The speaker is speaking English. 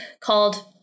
called